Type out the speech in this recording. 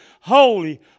holy